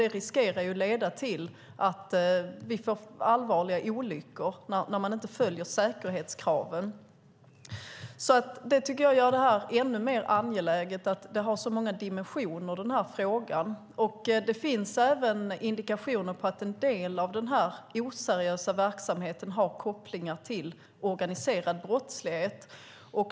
Det riskerar att leda till att vi får allvarliga olyckor när man inte följer säkerhetskraven. Att frågan har så många dimensioner tycker jag gör den ännu mer angelägen. Det finns även indikationer på att en del av den oseriösa verksamheten har kopplingar till organiserad brottslighet.